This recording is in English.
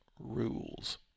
rules